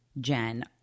Jen